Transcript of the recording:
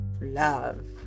love